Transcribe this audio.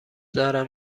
دارم